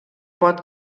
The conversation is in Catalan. pot